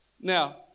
Now